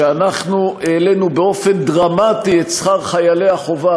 שאנחנו העלינו באופן דרמטי את שכר חיילי החובה,